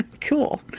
Cool